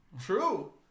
True